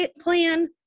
plan